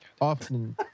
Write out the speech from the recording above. often